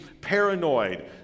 paranoid